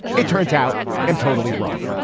it turns out i'm totally wrong.